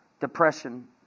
depression